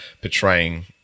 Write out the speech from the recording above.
portraying